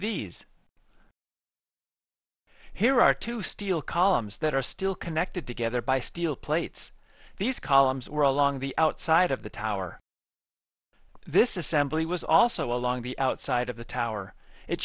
these here are two steel columns that are still connected together by steel plates these columns were along the outside of the tower this essentially was also along the outside of the tower it